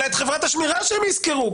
אלא את חברת השמירה שהם ישכרו,